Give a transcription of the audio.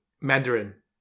Mandarin